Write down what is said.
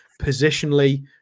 positionally